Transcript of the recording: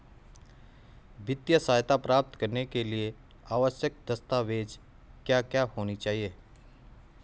वित्तीय सहायता प्राप्त करने के लिए आवश्यक दस्तावेज क्या क्या होनी चाहिए?